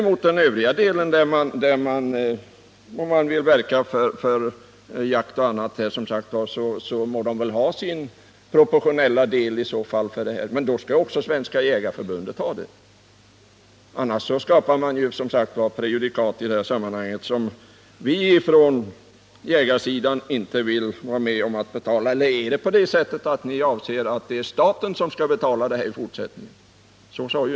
När det däremot gäller övriga områden, där man vill verka för jakt m.m., må detta förbund väl ha sin proportionella del. Men då skall också Svenska jägareförbundet ha det, annars skapar man som sagt prejudikat som vi från Jägareförbundet inte vill vara med om att betala. Eller avser ni att staten skall betala detta i fortsättningen?